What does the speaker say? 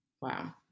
wow